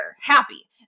happy